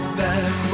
back